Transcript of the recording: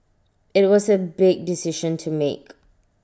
IT was A big decision to make